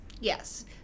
Yes